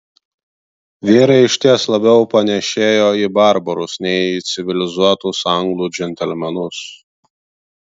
vyrai išties labiau panėšėjo į barbarus nei į civilizuotus anglų džentelmenus